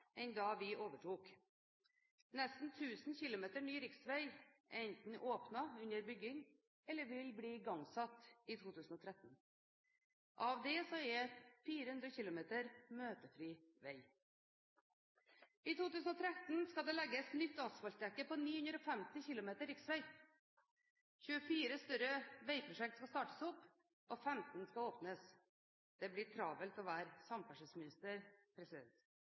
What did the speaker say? enn da vi overtok. Nesten 1 000 km ny riksvei er enten åpnet, under bygging eller vil bli igangsatt i 2013. Av det er 400 km møtefri vei. I 2013 skal det legges nytt asfaltdekke på 950 km riksvei. 24 større veiprosjekt skal startes opp, og 15 skal åpnes. Det blir travelt å være samferdselsminister.